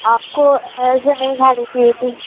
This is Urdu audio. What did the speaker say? آپ کو ایسے نہیں کھانی چاہیے تھی